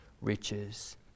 riches